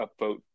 upvote